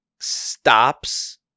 stops